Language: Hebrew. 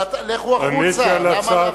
לכו החוצה, למה להפריע?